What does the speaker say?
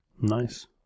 Nice